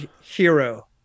hero